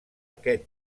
aquest